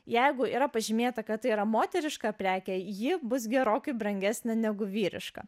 jeigu yra pažymėta kad tai yra moteriška prekė ji bus gerokai brangesnė negu vyriška